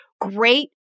great